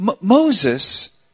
Moses